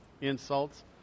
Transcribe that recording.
insults